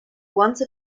once